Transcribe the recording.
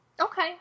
Okay